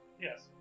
Yes